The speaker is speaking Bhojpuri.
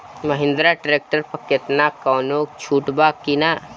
महिंद्रा ट्रैक्टर पर केतना कौनो छूट बा कि ना?